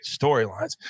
storylines